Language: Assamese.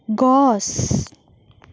গছ